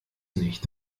nicht